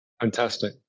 Fantastic